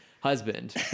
husband